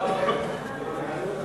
סעיף 1